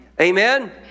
Amen